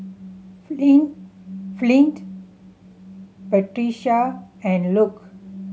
Flint Flint Patrica and Luke